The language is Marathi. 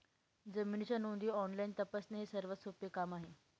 जमिनीच्या नोंदी ऑनलाईन तपासणे हे सर्वात सोपे काम आहे